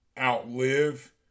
outlive